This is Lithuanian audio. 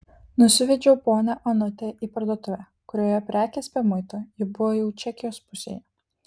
nusivedžiau ponią onutę į parduotuvę kurioje prekės be muito ji buvo jau čekijos pusėje